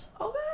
Okay